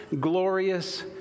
glorious